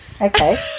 Okay